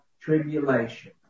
tribulation